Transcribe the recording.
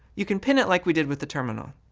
you can pin it like we did with the terminal.